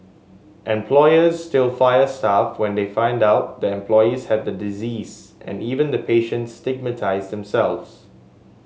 employers still fire staff when they find out the employees have the disease and even the patients stigmatise themselves